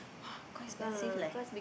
!wah! quite expensive leh